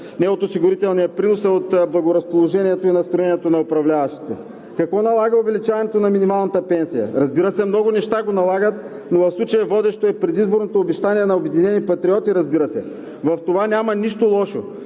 не от осигурителния принос, а от благоразположението и настроението на управляващите? Какво налага увеличаването на минималната пенсия? Разбира се, много неща го налагат, но в случая водещо е предизборното обещание на „Обединени патриоти“, разбира се. В това няма нищо лошо,